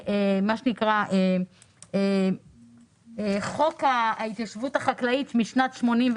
שנקרא חוק ההתיישבות החקלאית משנת 1980,